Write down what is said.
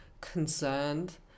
concerned